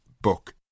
book